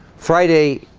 friday